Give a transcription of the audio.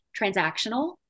transactional